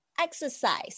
exercise